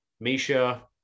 Misha